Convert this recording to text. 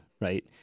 right